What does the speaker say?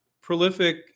prolific